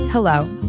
Hello